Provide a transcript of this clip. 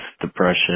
depression